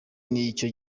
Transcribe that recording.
n’icyo